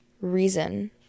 reason